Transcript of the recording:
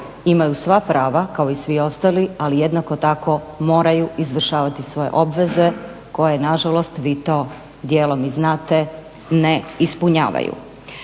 imaju sva prava kao i svi ostali ali jednako tako moraju izvršavati i svoje obveze koje nažalost, vi to dijelom i znate, ne ispunjavaju.